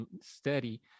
steady